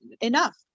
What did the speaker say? enough